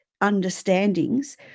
understandings